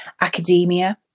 academia